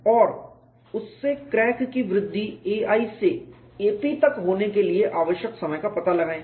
और उससे क्रैक की वृद्धि ai से ap तक होने के लिए आवश्यक समय का पता लगायें